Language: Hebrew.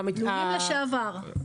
לולים לשעבר.